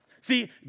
See